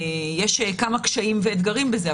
יש כמה קשיים ואתגרים בזה,